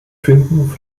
finden